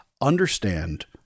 understand